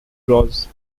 draws